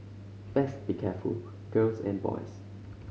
best be careful girls and boys